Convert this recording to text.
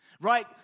Right